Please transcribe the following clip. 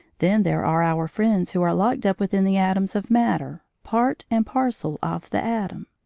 then there are our friends who are locked up within the atoms of matter part and parcel of the atom.